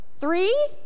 Three